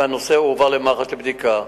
והנושא הועבר למח"ש לבדיקה,